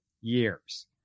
years